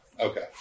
Okay